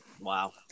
Wow